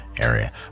area